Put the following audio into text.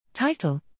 Title